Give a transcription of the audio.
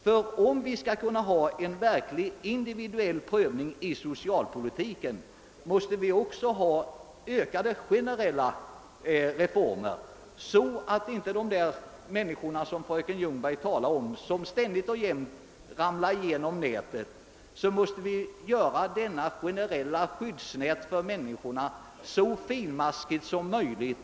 För en verkligt individuell prövning i socialpolitiken erfordras förbättrade generella åtgärder. För att de människor som fröken Ljungberg talade om inte skall falla igenom nätet, måste det generella skyddsnätet göras så finmaskigt som möjligt.